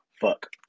Fuck